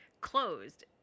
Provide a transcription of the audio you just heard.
closed